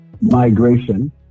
migration